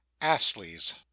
astley's